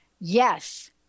yes